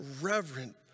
reverent